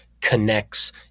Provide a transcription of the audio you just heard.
connects